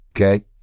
okay